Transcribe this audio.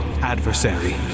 adversary